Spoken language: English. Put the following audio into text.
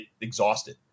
exhausted